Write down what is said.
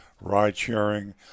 ride-sharing